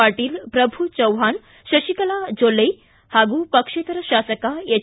ಪಾಟೀಲ್ ಪ್ರಭು ಚೌಹಾಣ್ ಶಶಿಕಲಾ ಜೊಲ್ಲೆ ಹಾಗೂ ಪಕ್ಷೇತರ ಶಾಸಕ ಎಚ್